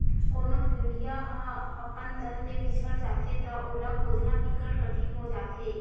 कोनो भेड़िया ह अपन दल ले बिछड़ जाथे त ओला खोजना बिकट कठिन हो जाथे